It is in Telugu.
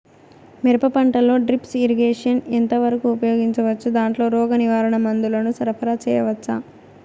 మిరప పంటలో డ్రిప్ ఇరిగేషన్ ఎంత వరకు ఉపయోగించవచ్చు, దాంట్లో రోగ నివారణ మందుల ను సరఫరా చేయవచ్చా?